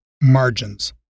margins